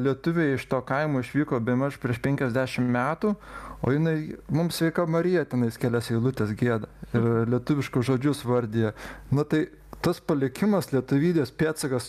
lietuviai iš to kaimo išvyko bemaž prieš penkiasdešim metų o jinai mums sveika marija tenais kelias eilutes gieda ir lietuviškus žodžius vardija nu tai tas palikimas lietuvybės pėdsakas